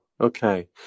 okay